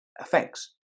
effects